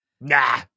Nah